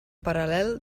paral·lel